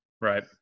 Right